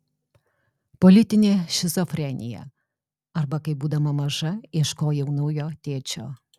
politinė šizofrenija arba kaip būdama maža ieškojau naujo tėčio